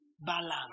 balance